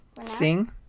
Sing